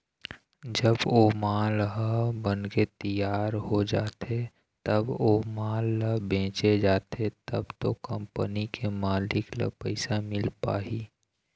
जब ओ माल ह बनके तियार हो जाथे तब ओ माल ल बेंचे जाथे तब तो कंपनी के मालिक ल पइसा मिल पाही